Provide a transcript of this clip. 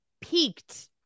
peaked